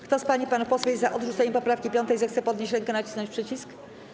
Kto z pań i panów posłów jest za odrzuceniem poprawki 5., zechce podnieść rękę i nacisnąć przycisk.